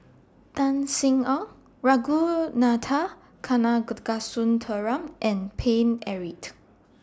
Tan Sin Aun Ragunathar Kanagasuntheram and Paine Eric